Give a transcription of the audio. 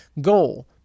Goal